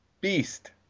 beast